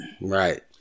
right